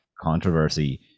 controversy